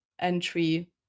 entry